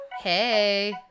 Hey